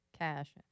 cash